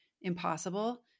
impossible